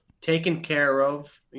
taken-care-of